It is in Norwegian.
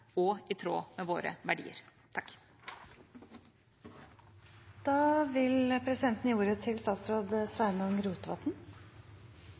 og i tråd med våre krav til